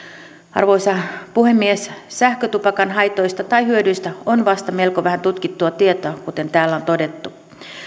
arvoisa puhemies sähkötupakan haitoista tai hyödyistä on vasta melko vähän tutkittua tietoa kuten täällä on todettu